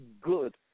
good